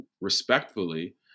respectfully